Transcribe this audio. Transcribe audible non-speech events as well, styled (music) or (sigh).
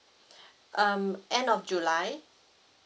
(breath) um end of july